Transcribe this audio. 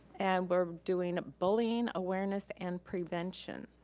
and we're doing bullying awareness and prevention.